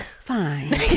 Fine